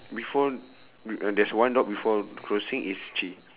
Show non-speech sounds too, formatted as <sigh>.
before <noise> there's one dog before crossing its